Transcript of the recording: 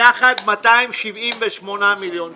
ביחד 278 מיליון שקלים.